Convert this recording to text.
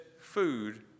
food